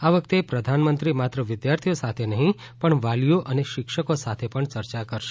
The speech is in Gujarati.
આ વખતે પ્રધાનમંત્રી માત્ર વિદ્યાર્થીઓ સાથે નહીં પણ વાલીઓ અને શિક્ષકો સાથે પણ ચર્ચા કરશે